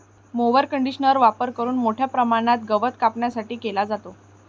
mower कंडिशनरचा वापर खूप मोठ्या प्रमाणात गवत कापण्यासाठी केला जातो